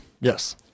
Yes